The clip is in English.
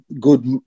good